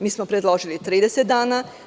Mi smo predložili 30 dana.